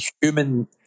human